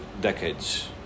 decades